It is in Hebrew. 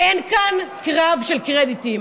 אין כאן קרב של קרדיטים.